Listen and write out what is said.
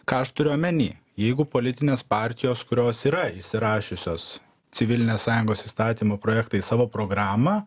ką aš turiu omeny jeigu politinės partijos kurios yra įsirašiusios civilinės sąjungos įstatymo projektą į savo programą